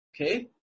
okay